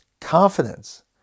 Confidence